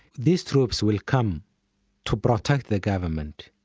these troops will come to protect the government,